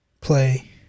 play